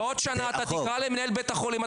בעוד שנה אתה תקרא למנהל בית החולים,